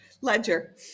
Ledger